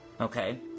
okay